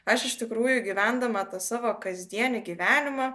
aš iš tikrųjų gyvendama tą savo kasdienį gyvenimą